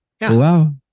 Wow